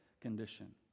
condition